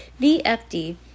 VFD